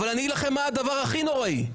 אגיד לכם מה הדבר הכי נוראי,